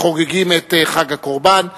החוגגים את חג הקורבן.